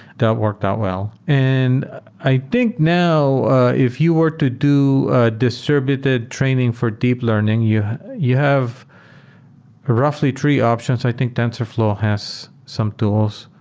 that worked out well. and i think now if you were to do a distributed training for deep learning, you you have roughly three options. i think tensorflow has some tools,